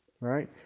Right